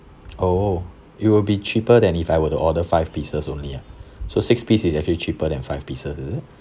oh it will be cheaper than if I were to order five pieces only ah so six piece is actually cheaper than five pieces is it